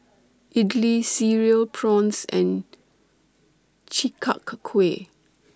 Idly Cereal Prawns and Chi Kak Kuih